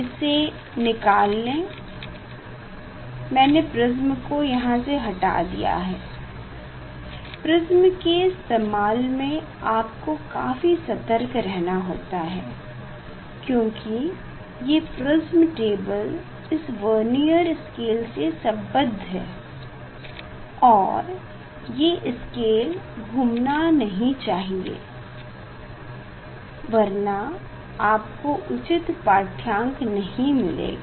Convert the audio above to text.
इसे निकाले मैने प्रिस्म को यहाँ से हटा दिया है प्रिस्म के इस्तेमाल में आपको काफी सतर्क रहना होता है क्योकि ये प्रिस्म टेबल इस वर्नियर स्केल से संबद्ध होता है और ये स्केल घूमना नहीं चाहिए वरना आपको उचित पाढ़्यांक नहीं मिलेगा